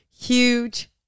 Huge